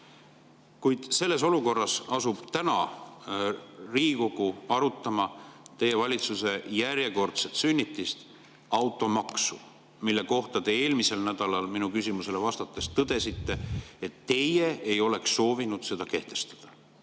Kuid selles olukorras asub Riigikogu täna arutama teie valitsuse järjekordset sünnitist, automaksu, mille kohta te eelmisel nädalal minu küsimusele vastates tõdesite, et teie ei oleks soovinud seda kehtestada.